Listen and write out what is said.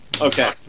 Okay